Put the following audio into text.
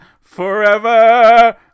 forever